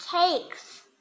cakes